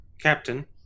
Captain